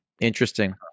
interesting